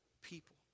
people